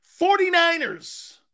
49ers